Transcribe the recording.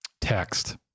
text